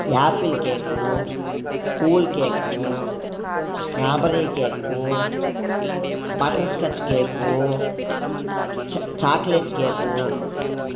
Apple cake cool cake strawberry cake butterscotch cake చ chocolate cake